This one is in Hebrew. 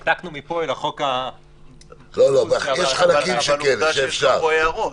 --- האמת שהעתקנו מפה את החוק --- אבל עובדה שיש לך פה הערות.